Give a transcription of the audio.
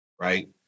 right